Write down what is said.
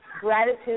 gratitude